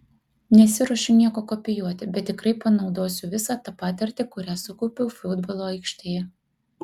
nesiruošiu nieko kopijuoti bet tikrai panaudosiu visą tą patirtį kurią sukaupiau futbolo aikštėje